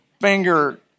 finger